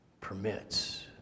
permits